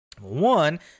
one